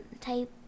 type